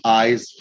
eyes